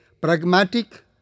Pragmatic